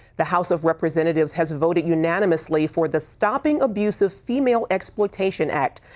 the house of representatives has voted unanimously for the stopping abuse of female exploitation act.